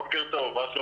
בוקר טוב, חיים.